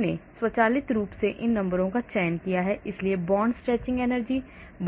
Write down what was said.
हमने स्वचालित रूप से इन नंबरों का चयन किया है इसलिए bond stretching energy